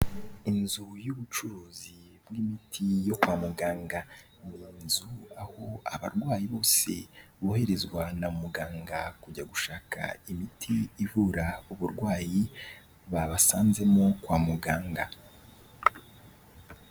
Inzu y'ubucuruzi bw'imiti yo kwa muganga. Ni inzu, aho abarwayi bose boherezwa na muganga kujya gushaka imiti, ivura uburwayi babasanzemo kwa muganga.